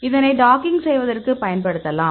இதனை டாக்கிங் செய்வதற்கு பயன்படுத்தலாம்